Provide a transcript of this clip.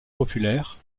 populaire